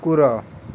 କୁକୁର